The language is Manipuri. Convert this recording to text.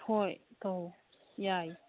ꯍꯣꯏ ꯇꯧ ꯌꯥꯏ